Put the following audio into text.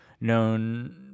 known